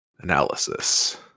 Analysis